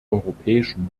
europäischen